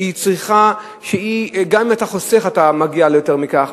והיא צריכה שגם אם אתה חוסך אתה מגיע ליותר מכך,